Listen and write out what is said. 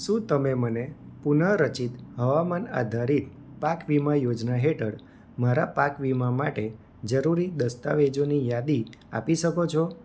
શું તમે મને પુનઃ રચિત હવામાન આધારિત પાક વીમા યોજના હેઠળ મારા પાક વીમા માટે જરૂરી દસ્તાવેજોની યાદી આપી શકો છો